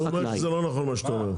הוא אומר שזה לא נכון מה שאתה אומר.